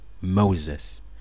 Moses